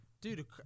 Dude